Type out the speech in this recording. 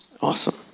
awesome